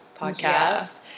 podcast